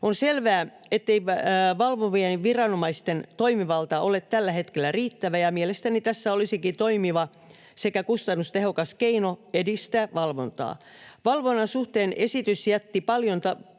On selvää, ettei valvovien viranomaisten toimivalta ole tällä hetkellä riittävä, ja mielestäni tässä olisikin toimiva sekä kustannustehokas keino edistää valvontaa. Valvonnan suhteen esitys jätti paljon